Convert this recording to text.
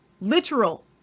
literal